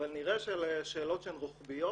אבל נראה שאלה שאלות שהן רוחביות